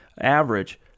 average